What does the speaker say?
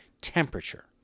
temperature